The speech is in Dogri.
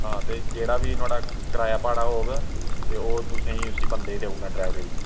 हां ते जेह्ड़ा बी नुहाड़ा कराया भाड़ा होग ते ओह् तुसेंई उसी बंदे गी देई ओड़ना ड्रैवरे गी